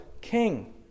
King